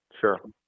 Sure